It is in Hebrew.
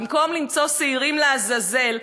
במקום למצוא שעירים לעזאזל,